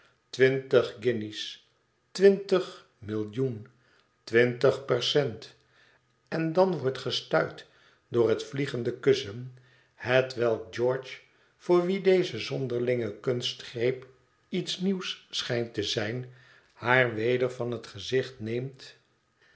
twintig guinjes twintig millioen twintig percent en dan wordt gestuit door het vliegende kussen hetwelk george voor wien deze zonderlinge kunstgreep iets nieuws schijnt te zijn haar weder van het gezicht neemt